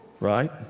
right